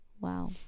Wow